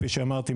כפי שאמרתי,